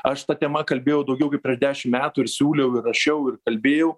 aš ta tema kalbėjau daugiau kaip prieš dešim metų ir siūliau rašiau ir kalbėjau